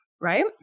right